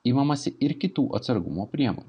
imamasi ir kitų atsargumo priemonių